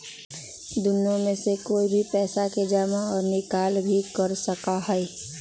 दुन्नो में से कोई भी पैसा के जमा और निकाल भी कर सका हई